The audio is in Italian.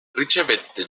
ricevette